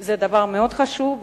זה דבר מאוד חשוב,